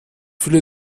fülle